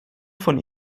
von